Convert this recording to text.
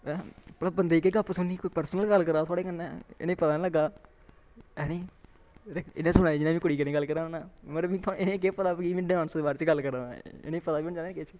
ऐं भला बंदे दी केह् गप्प सुननी कोई पर्सनल गल्ल करा दा थोआढ़ै कन्नै इ'नें गी पता निं लग्गा दा ऐनी इ'यां सुना दे जि'यां मैं कोई कुड़ी कन्नै गल्ल करा दा हुन्ना मतलब इ'नें गी केह् पता भाई में डांस दे बारे च गल्ल करा ना इ'नें गी पता बी होना चाहिदा निं किश